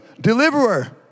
deliverer